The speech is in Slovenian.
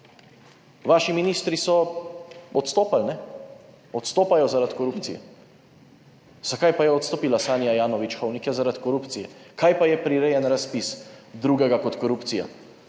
Vaši ministri so odstopili, ne? Odstopajo zaradi korupcije. Zakaj pa je odstopila Sanja Ajanović Hovnik? Ja, zaradi korupcije. Kaj pa je prirejen razpis drugega kot korupcija?